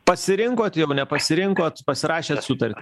pasirinkot jau nepasirinkot pasirašėt sutartį